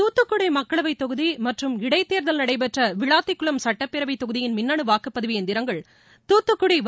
தூத்துக்குடி மக்களவைத் தொகுதி மற்றும் இடைத்தேர்தல் நடைபெற்ற விளாத்திக்குளம் சட்டப்பேரவைத் தொகுதியின் மின்னனு வாக்குப்பதிவு இயந்திரங்கள் தூத்துக்குடி வ